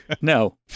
no